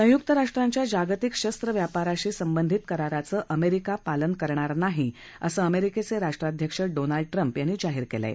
संयुक्त राष्ट्राच्या जागतिक शस्त्र व्यापाराशी संबधित कराराचं अमेरिका पालन करणार नाही असं अमेरिकेचे राष्ट्रअध्यक्ष डॉनाल्ड ट्रंप यांनी जाहीर केलं आहे